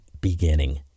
beginning